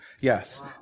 Yes